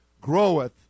groweth